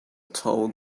tall